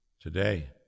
today